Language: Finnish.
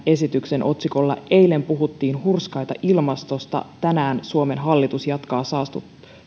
esityksen otsikolla eilen puhuttiin hurskaita ilmastosta tänään suomen hallitus jatkaa